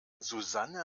susanne